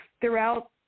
throughout